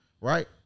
right